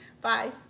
Bye